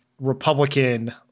Republican